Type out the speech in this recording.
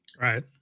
Right